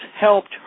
helped